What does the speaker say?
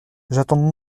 j’attends